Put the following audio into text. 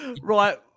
Right